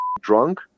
drunk